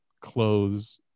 clothes